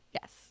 yes